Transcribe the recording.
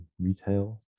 retail